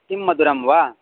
किं मधुरं वा